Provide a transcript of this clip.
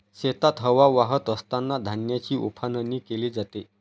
शेतात हवा वाहत असतांना धान्याची उफणणी केली जाते